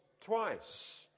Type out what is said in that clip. twice